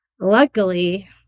luckily